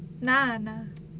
நானா:naanaa